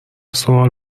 سوال